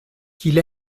qu’il